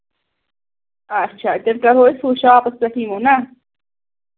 اچھا تیٚلہِ کَرو أسۍ ہُہ شاپَس پیٚٹھٕے یِمو نا